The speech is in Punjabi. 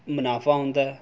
ਮੁਨਾਫਾ ਹੁੰਦਾ